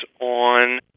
on